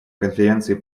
конференции